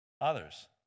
Others